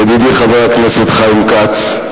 ידידי חבר הכנסת חיים כץ,